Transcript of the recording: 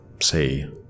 Say